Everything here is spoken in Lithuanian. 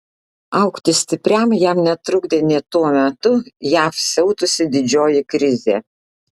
augti stipriam jam netrukdė nė tuo metu jav siautusi didžioji krizė